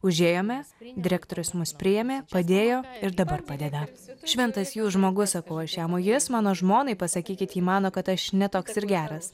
užėjome direktorius mus priėmė padėjo ir dabar padeda šventas jūs žmogus sakau aš jam o jis mano žmonai pasakykit ji mano kad aš ne toks ir geras